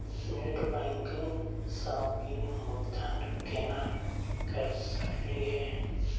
Net banking स bill भुगतान केना कर सकली हे?